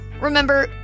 Remember